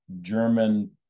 German